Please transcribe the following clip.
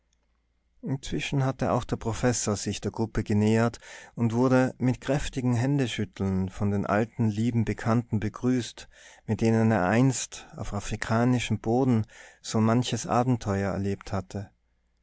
inzwischen hatte auch der professor sich der gruppe genähert und wurde mit kräftigem händeschütteln von den alten lieben bekannten begrüßt mit denen er einst auf afrikanischem boden so manches abenteuer erlebt hatte